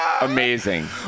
amazing